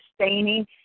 sustaining